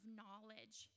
knowledge